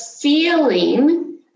feeling